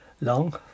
long